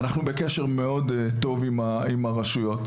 אנחנו בקשר מאוד טוב עם הרשויות.